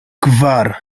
kvar